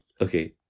Okay